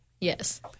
Yes